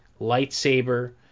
lightsaber